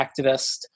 activist